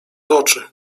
oczy